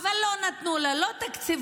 אבל לא נתנו לה לא תקציבים